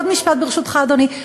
עוד משפט, ברשותך, אדוני.